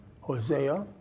Hosea